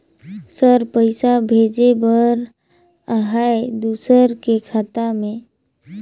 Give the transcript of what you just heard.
Sir पइसा भेजे बर आहाय दुसर के खाता मे?